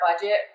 budget